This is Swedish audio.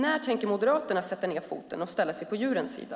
När tänker Moderaterna sätta ned foten och ställa sig på djurens sida?